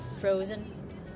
frozen